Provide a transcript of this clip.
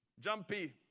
Jumpy